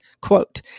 quote